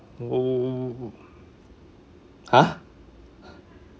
orh !huh!